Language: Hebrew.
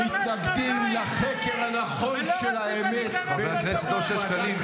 המתנגדים לחקר הנכון של האמת -- חבר הכנסת אושר שקלים,